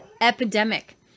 epidemic